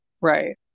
Right